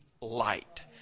light